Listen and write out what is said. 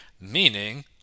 Meaning